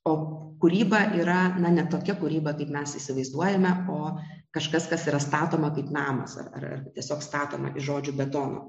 o kūryba yra ne tokia kūryba kaip mes įsivaizduojame o kažkas kas yra statoma kaip namas ar ar tiesiog statoma iš žodžių betono